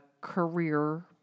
career